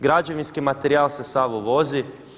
Građevinski materijal se sav uvozi.